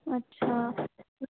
अच्छा